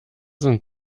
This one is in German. sind